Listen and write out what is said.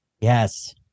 Yes